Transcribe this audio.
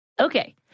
Okay